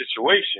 situation